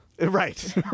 right